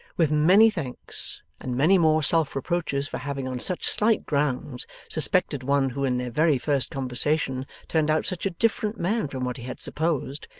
with many thanks, and many more self-reproaches for having on such slight grounds suspected one who in their very first conversation turned out such a different man from what he had supposed,